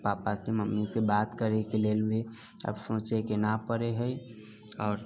पापासँ मम्मीसँ बात करैके लेल भी आब सोचैके न पड़ै है आओर